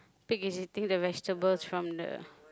pig is eating the vegetables from the